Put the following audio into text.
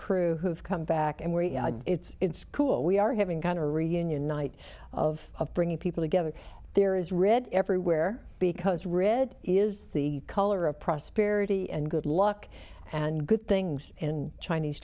crew who have come back and it's cool we are having kind of a reunion night of bringing people together there is red everywhere because rid is the color of prosperity and good luck and good things in chinese